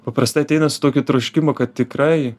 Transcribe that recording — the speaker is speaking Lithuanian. paprastai ateina su tokiu troškimu kad tikrai